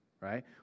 Right